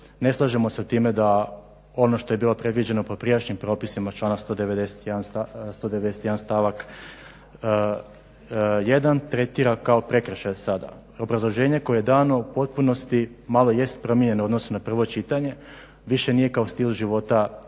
ne slažemo sa time ono što je predviđeno po prijašnjim propisima članak 191.stavak 1.tretira kao prekršaj sada. obrazloženje koje je dano u potpunosti malo jest promijenjeno u odnosu na prvo čitanje, više nije kao stil života napisano